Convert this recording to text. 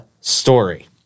story